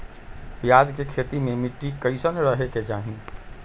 प्याज के खेती मे मिट्टी कैसन रहे के चाही?